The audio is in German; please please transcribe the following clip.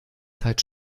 zeit